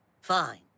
Fine